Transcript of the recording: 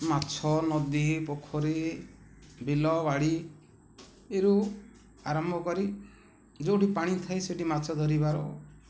ମାଛ ନଦୀ ପୋଖରୀ ବିଲ ବାଡ଼ି ଏରୁ ଆରମ୍ଭ କରି ଯେଉଁଠି ପାଣି ଥାଏ ସେଠି ମାଛ ଧରିବାର